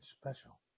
special